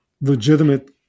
legitimate